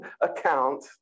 account